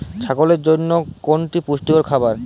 ছাগলের জন্য কোনটি পুষ্টিকর খাবার?